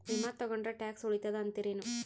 ವಿಮಾ ತೊಗೊಂಡ್ರ ಟ್ಯಾಕ್ಸ ಉಳಿತದ ಅಂತಿರೇನು?